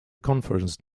conference